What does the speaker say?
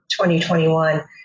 2021